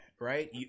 Right